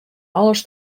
alles